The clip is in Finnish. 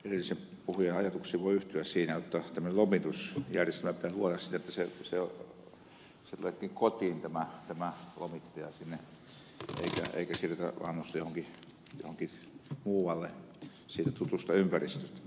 edellisen puhujan ajatuksiin voi yhtyä siinä jotta tämmöinen lomitusjärjestelmä pitäisi luoda että se tuleekin sinne kotiin tämä lomittaja eikä siirretä vanhusta johonkin muualle siitä tutusta ympäristöstä